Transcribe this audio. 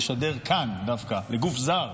כאן, דווקא, גוף זר,